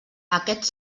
aquests